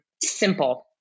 SIMPLE